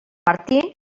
martí